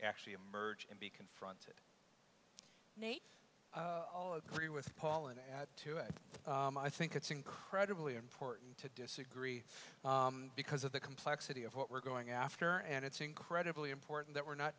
actually emerge and be confronted nate i'll agree with paul and to add i think it's incredibly important to disagree because of the complexity of what we're going after and it's incredibly important that we're not